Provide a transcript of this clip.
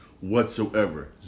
Whatsoever